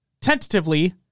tentatively